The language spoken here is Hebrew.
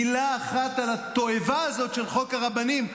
אין מילה אחת על התועבה הזאת של חוק הרבנים,